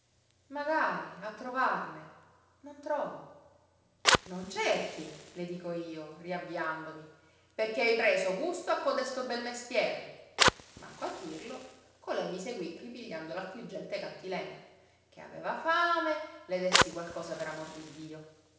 magari a trovarne non trovo non cerchi le dico io riavviandomi perché hai preso gusto a codesto bel mestiere manco a dirlo colei mi seguí ripigliando l'affliggente cantilena che aveva fame le déssi qualcosa per amor di dio